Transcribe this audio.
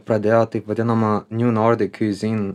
pradėjo taip vadinamą niūnordik zin